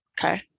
Okay